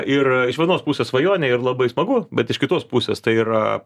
ir iš vienos pusės svajonė yr labai smagu bet iš kitos pusės tai yra